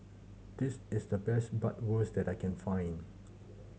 this is the best Bratwurst that I can find